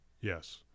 Yes